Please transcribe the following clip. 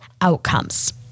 outcomes